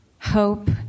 hope